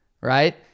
right